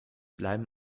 bleiben